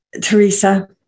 Teresa